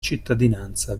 cittadinanza